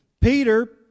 Peter